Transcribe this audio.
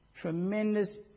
Tremendous